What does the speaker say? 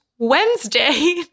Wednesday